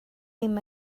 ddim